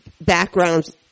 backgrounds